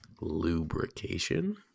Lubrication